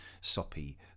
soppy